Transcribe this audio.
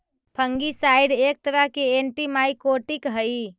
fungicide एक तरह के एंटिमाइकोटिक हई